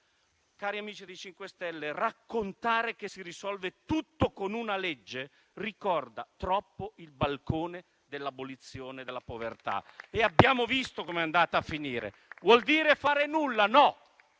Cari amici del MoVimento 5 Stelle raccontare che si risolve tutto con una legge ricorda troppo il balcone dell'abolizione della povertà e abbiamo visto come è andata a finire. Vuol dire non fare nulla? No.